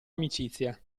amicizia